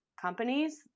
companies